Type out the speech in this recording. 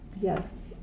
yes